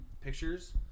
pictures